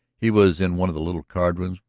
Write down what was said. he was in one of the little card-rooms.